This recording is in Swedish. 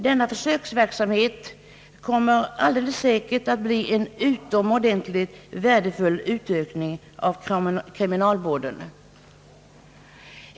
Denna försöksverksamhet kommer alldeles säkert att innebära en utomordentligt värdefull utökning av kriminalvården.